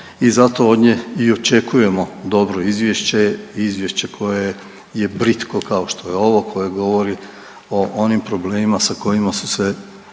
i zato od nje i očekujemo dobro izvješće, izvješće koje je, je britko kao što je ovo koje govori o onim problemima sa kojima su se